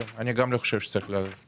כן, אני גם לא חושב שצריך להצמיד.